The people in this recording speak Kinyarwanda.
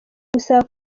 gusaba